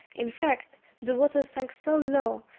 in fact, the water sunk so low,